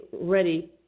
ready